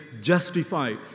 justified